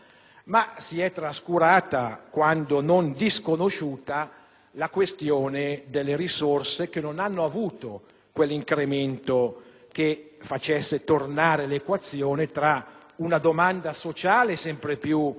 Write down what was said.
ma si è trascurata, quando non disconosciuta, la questione delle risorse, che non hanno avuto quell'incremento che facesse tornare l'equazione tra una domanda sociale sempre più